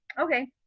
Okay